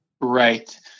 Right